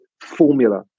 formula